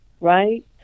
right